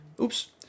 Oops